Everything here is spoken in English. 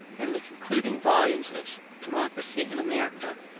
and the concluding volumes of democracy in america,